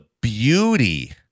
beauty